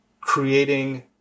creating